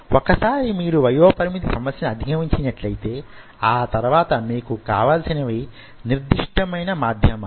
ఒకసారి మీరు వయోపరిమితి సమస్యను అధిగమించినట్లైతే ఆ తరువాత మీకు కావలసినవి నిర్దిష్టమైన మాధ్యమాలు